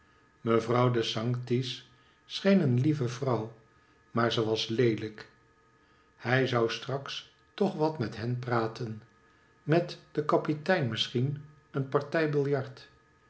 mevrouw de sanctis scheen een lieve vrouw maar ze was leelijk hij zou straks toch wat met hen praten met den kapitein misschien een partij billart